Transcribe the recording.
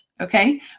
okay